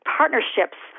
partnerships